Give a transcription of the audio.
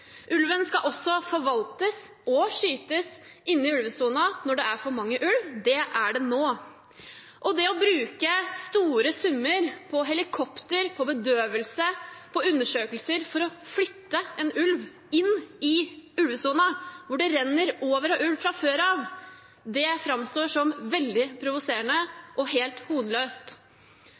Ulven skal også forvaltes og skytes inne i ulvesonen når det er for mange ulver. Det er det nå. Det å bruke store summer på helikopter, på bedøvelse og på undersøkelser for å flytte en ulv inn i ulvesonen, hvor det renner over av ulv fra før av, framstår som veldig provoserende og helt hodeløst.